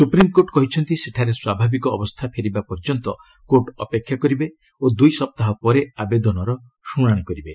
supreme court କହିଛନ୍ତି ସେଠାରେ ସ୍ୱାଭାବିକ ଅବସ୍ଥା ଫେରିବା ପର୍ଯ୍ୟନ୍ତ କୋର୍ଟ ଅପେକ୍ଷା କରିବେ ଓ ଦୁଇ ସପ୍ତାହ ପରେ ଆବେଦନର ଶୁଣାଶି କରିବେ